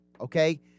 okay